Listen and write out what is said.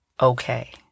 okay